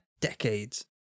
decades